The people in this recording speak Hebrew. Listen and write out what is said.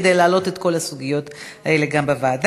כדי להעלות את כל הסוגיות האלה גם בוועדה.